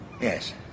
Yes